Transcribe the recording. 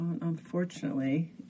unfortunately